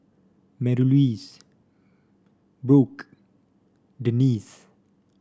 Marylouise Brooke Denise